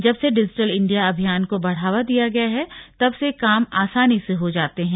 जब से digital India अभियान को बढ़ावा दिया गया है तब से काम आसानी से हो जाते हैं